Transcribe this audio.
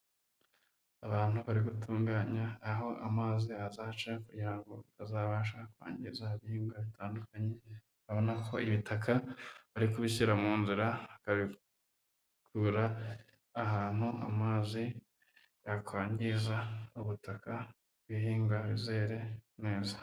Abantu bari gutunganya aho amazi azaca kugira ngo atazabasha kwangiza ibihingwa bitandukanye, urabona ko ibitaka bari kubishyira mu nzira bakabikura ahantu amazi yakwangiza ubutaka, ibihingwa bizere neza.